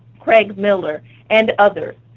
craig miller and others.